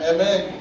Amen